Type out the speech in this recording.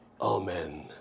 Amen